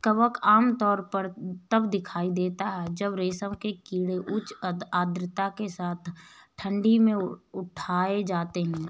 कवक आमतौर पर तब दिखाई देता है जब रेशम के कीड़े उच्च आर्द्रता के साथ ठंडी में उठाए जाते हैं